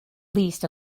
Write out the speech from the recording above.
least